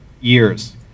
years